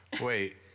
Wait